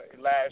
last